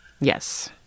Yes